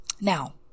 Now